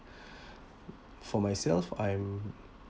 for myself I'm